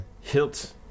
Hilt